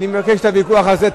אתה לא יודע מה אתה מדבר.